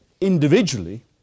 individually